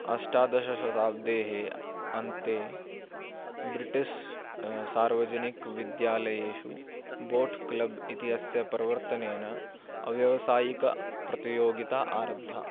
अष्टादशशताब्देः अन्ते ब्रिटिश् सार्वजनिकविद्यालयेषु boat club इति अस्य प्रवर्तनेन अव्यवसायिकप्रतियोगिता आरब्धा